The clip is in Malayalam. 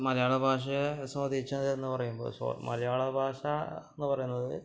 മലയാള ഭാഷയെ സ്വാധീച്ചത് എന്നു പറയുമ്പോൾ സൊ മലയാള ഭാഷായെന്നു പറയുന്നത്